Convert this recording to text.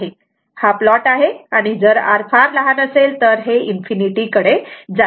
हा प्लॉट आहे आणि जर R फार लहान असेल तर हे इन्फिनिटी कडे जाते